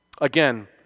Again